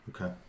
Okay